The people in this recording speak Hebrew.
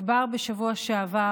נקבר בשבוע שעבר